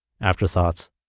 Afterthoughts